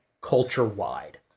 culture-wide